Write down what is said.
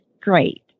great